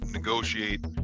negotiate